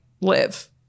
live